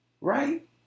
Right